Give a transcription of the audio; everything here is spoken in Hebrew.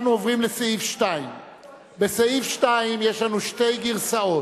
אנחנו עוברים לסעיף 2. בסעיף 2 יש שתי גרסאות: